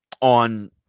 on